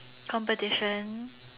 competition